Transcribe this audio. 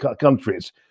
countries